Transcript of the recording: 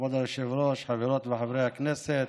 היושב-ראש, חברות וחברי הכנסת,